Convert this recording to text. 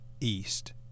east